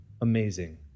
amazing